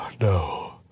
No